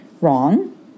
wrong